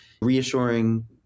reassuring